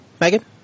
megan